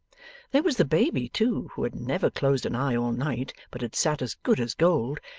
there was the baby too, who had never closed an eye all night, but had sat as good as gold,